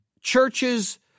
churches